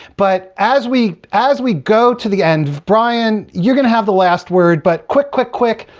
but, as we as we go to the end, brian, you're going to have the last word, but quick, quick, quick.